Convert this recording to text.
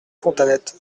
fontanettes